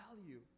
value